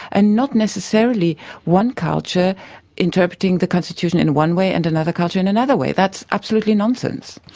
and not necessarily one culture interpreting the constitution in one way and another culture in another way. that's absolutely nonsense.